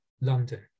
London